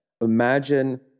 imagine